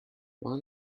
one